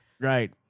Right